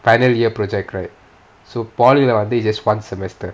final year project right so polytechnic leh வந்து:vanthu is just one semester